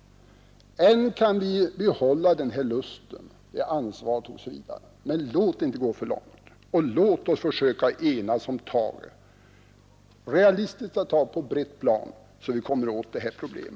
Tills vidare kan vi behålla den inriktning jag talat om, men låt inte situationen utvecklas alltför långt! Låt oss försöka enas om tagen — låt oss sätta in realistiska åtgärder på ett brett plan, så att vi kommer åt dessa problem!